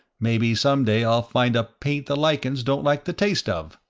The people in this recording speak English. maybe someday i'll find a paint the lichens don't like the taste of.